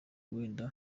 wenda